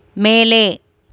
மேலே